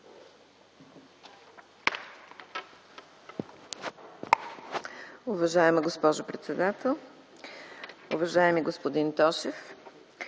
Уважаема госпожо председател, уважаеми господин Тошев!